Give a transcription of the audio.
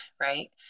right